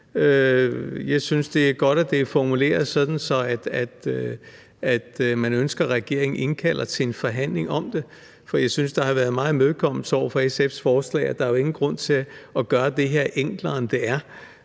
Jeg synes, det er godt, at det er formuleret sådan, at man ønsker, at regeringen indkalder til en forhandling om det. Jeg synes, der har været meget imødekommelse over for SF's forslag, og der er jo ingen grund til at gøre det her til noget enklere, end det er.